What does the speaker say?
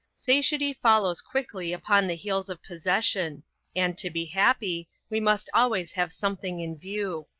satiety follows quickly upon the heels of possession and to be happy, we must always have something in view.